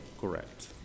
Correct